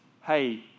hey